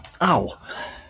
Ow